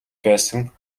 байсан